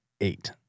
eight